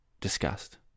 discussed